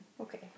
Okay